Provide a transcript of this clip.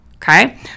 Okay